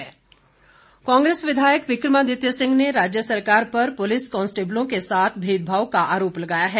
विक्रमादित्य कांग्रेस विधायक विक्रमादित्य सिंह ने राज्य सरकार पर पुलिस कॉन्स्टेबलों के साथ भेदभाव का आरोप लगाया है